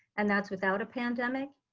and that's without a pandemic.